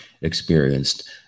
experienced